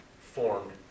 formed